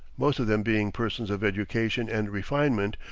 most of them being persons of education and refinement,